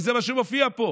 כי זה מה שמופיע פה.